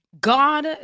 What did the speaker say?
God